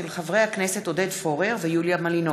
של חברי הכנסת עודד פורר ויוליה מלינובסקי,